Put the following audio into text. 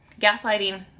gaslighting